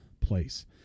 place